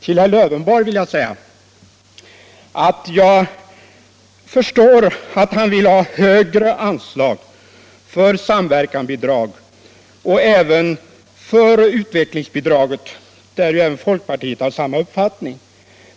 Jag förstår att herr Lövenborg vill ha högre anslag för samverkansbidrag och även för utvecklingsbidrag, där folkpartiet har samma uppfattning.